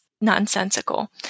nonsensical